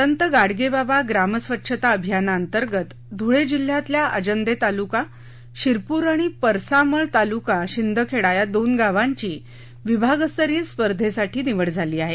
संत गाडगेबाबा ग्रामस्वच्छता अभियानांतर्गत धुळे जिल्ह्यातील अजंदे तालुका शिरपूर आणि परसामळ तालुका शिंदखेडा या दोन गावांची विभागस्तरीय स्पर्धेसाठी निवड झाली आहे